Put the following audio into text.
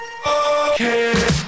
Okay